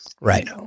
Right